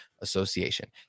Association